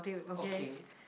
okay